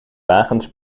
wagens